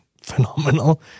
phenomenal